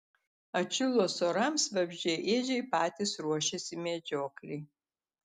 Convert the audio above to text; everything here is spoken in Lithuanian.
atšilus orams vabzdžiaėdžiai patys ruošiasi medžioklei